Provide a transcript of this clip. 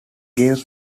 gave